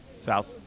South